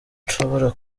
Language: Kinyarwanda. nshobora